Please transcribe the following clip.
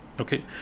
okay